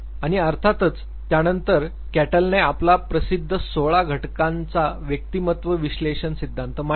आणि अर्थातच त्यानंतर कॅटलने आपला प्रसिद्ध 16 घटकांचचा व्यक्तिमत्व विश्लेषण सिद्धांत मांडला